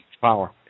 power